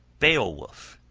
beowulf